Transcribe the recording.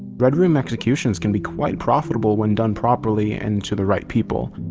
red room executions can be quite profitable when done properly and to the right people.